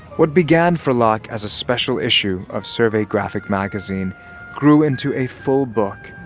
what began for locke as a special issue of survey graphic magazine grew into a full book,